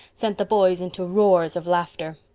sent the boys into roars of laughter.